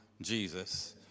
Jesus